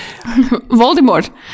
Voldemort